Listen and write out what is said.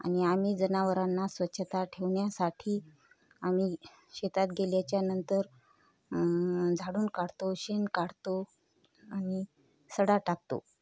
आणि आम्ही जनावरांना स्वच्छता ठेवण्यासाठी आम्ही शेतात गेल्याच्यानंतर झाडून काढतो शेण काढतो आणि सडा टाकतो